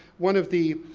one of the,